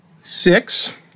six